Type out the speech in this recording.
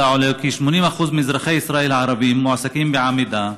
עולה כי 80% מאזרחי ישראל הערבים מועסקים בעמידה,